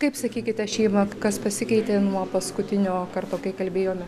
kaip sakykite šeima kas pasikeitė nuo paskutinio karto kai kalbėjome